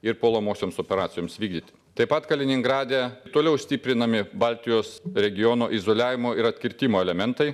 ir puolamosioms operacijoms vykdyti taip pat kaliningrade toliau stiprinami baltijos regiono izoliavimo ir atkirtimo elementai